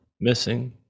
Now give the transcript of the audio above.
missing